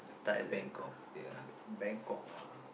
Thailand ah B~ Bangkok ah